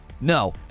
no